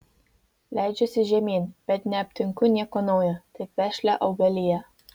leidžiuosi žemyn bet neaptinku nieko naujo tik vešlią augaliją